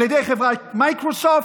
על ידי חברת מיקרוסופט,